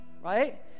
right